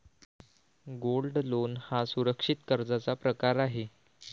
gold loan हा सुरक्षित कर्जाचा प्रकार आहे